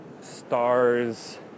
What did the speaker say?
stars